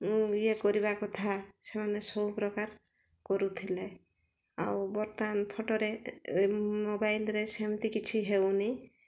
ମୁଁ ଇଏ କରିବା କଥା ସେମାନେ ସବୁପ୍ରକାର କରୁଥିଲେ ଆଉ ବର୍ତ୍ତମାନ ଫଟୋରେ ମୋବାଇଲ୍ରେ ସେମିତି କିଛି ହେଉନି